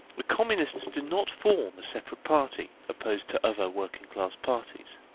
the communists do not form a separate party opposed to other working-class parties.